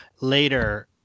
later